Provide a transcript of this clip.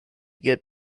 get